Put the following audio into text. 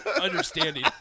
understanding